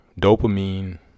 dopamine